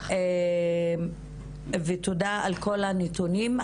ותודה על כל הנתונים.